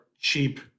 cheap